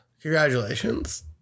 Congratulations